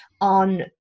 on